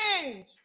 change